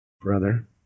Brother